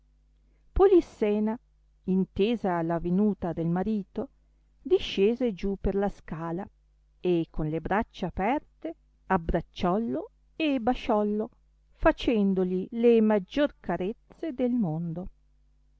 polissena intesa la venuta del marito discese giù per la scala e con le braccia aperte abbracciollo e basciollo facendoli le maggior carezze del mondo